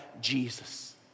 Jesus